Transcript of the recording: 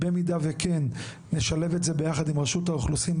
במידה וכן נשלב את זה ביחד עם רשות האוכלוסין.